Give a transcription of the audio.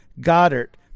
Goddard